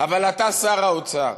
אבל אתה שר האוצר,